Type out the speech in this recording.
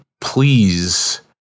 please